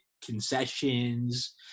Concessions